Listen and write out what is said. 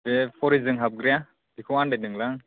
बे फरिगजों हाबग्राया बेखौ आन्दायदोंलै आं